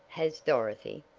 has dorothy.